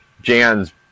Jan's